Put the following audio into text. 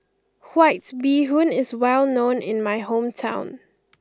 White Bee Hoon is well known in my hometown